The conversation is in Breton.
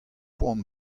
poan